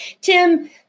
Tim